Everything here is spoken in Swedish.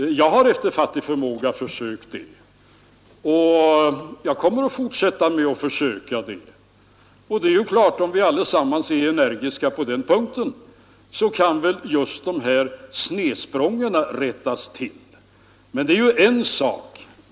Jag har efter fattig förmåga försökt det och jag kommer att fortsätta med att försöka. Om vi allesammans är energiska på den punkten, är det väl klart att just snedsprången kan rättas till. Men det är ju en detalj.